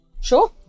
Sure